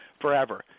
forever